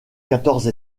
quatorze